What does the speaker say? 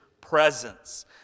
presence